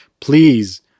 please